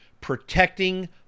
protecting